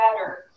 better